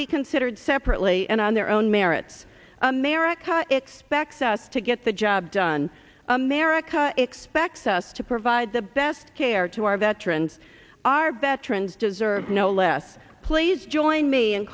be considered separately and on their own merits america expects us to get the job done america expects us to provide the best care to our veterans our veterans deserve no less please join me